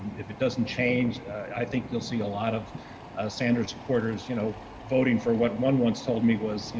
and if it doesn't change i think you'll see a lot of sanders supporters, you know, voting for what one once told me was, you